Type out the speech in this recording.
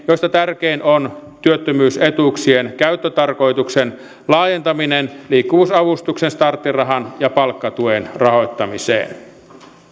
joista tärkein on työttömyysetuuksien käyttötarkoituksen laajentaminen liikkuvuusavustuksen starttirahan ja palkkatuen rahoittamiseen